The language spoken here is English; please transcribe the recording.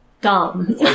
dumb